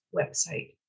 website